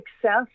Success